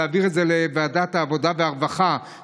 להעביר את זה לוועדת העבודה והרווחה.